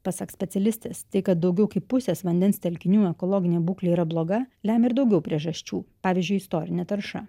pasak specialistės tai kad daugiau kaip pusės vandens telkinių ekologinė būklė yra bloga lemia ir daugiau priežasčių pavyzdžiui istorinė tarša